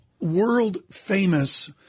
world-famous